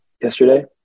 yesterday